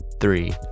three